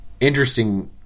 interesting